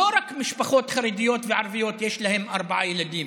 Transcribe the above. לא רק למשפחות חרדיות וערביות יש ארבעה ילדים,